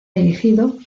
dirigido